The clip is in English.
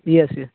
yes yes